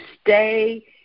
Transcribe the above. stay